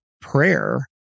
prayer